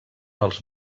els